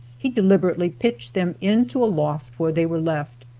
he deliberately pitched them into a loft, where they were left.